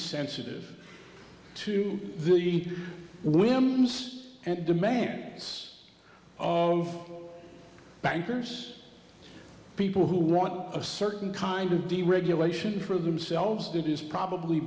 sensitive to the whims and demands of bankers people who want a certain kind of deregulation for themselves did is probably